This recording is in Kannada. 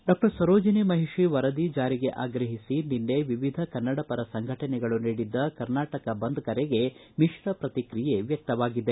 ಡಾಕ್ಟರ್ ಸರೋಜಿನಿ ಮಹಿಷಿ ವರದಿ ಜಾರಿಗೆ ಆಗ್ರಹಿಸಿನಿನ್ನೆ ವಿವಿಧ ಕನ್ನಡಪರ ಸಂಘಟನೆಗಳು ನೀಡಿದ್ದ ಕರ್ನಾಟಕ ಬಂದ್ ಕರೆಗೆ ಮಿಶ್ರ ಪ್ರತಿಕ್ರಿಯೆ ವ್ವಕ್ತವಾಗಿದೆ